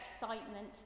excitement